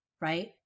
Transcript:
right